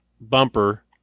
bumper